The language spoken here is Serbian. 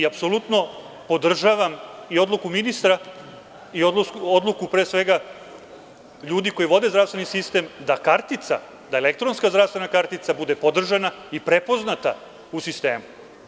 Apsolutno podržavam i odluku ministra i odluku ljudi koji vode zdravstveni sistem da elektronska zdravstvena kartica bude podržana i prepoznata u sistemu.